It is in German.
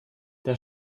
der